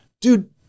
dude